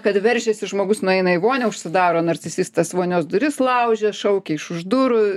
kad veržiasi žmogus nueina į vonią užsidaro narcisistas vonios duris laužia šaukia iš už durų